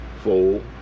full